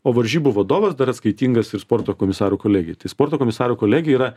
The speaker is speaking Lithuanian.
o varžybų vadovas dar atskaitingas ir sporto komisarų kolegijai tai sporto komisarų kolegija yra